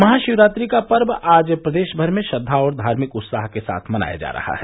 महाशिवरात्रि का पर्व आज प्रदेश भर में श्रद्वा और धार्मिक उत्साह के साथ मनाया जा रहा है